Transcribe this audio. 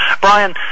Brian